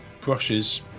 brushes